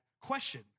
question